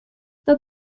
dat